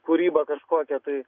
kūryba kažkokia tai